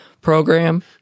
program